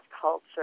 culture